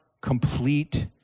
complete